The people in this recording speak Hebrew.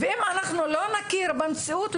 אם אנחנו לא נכיר במציאות,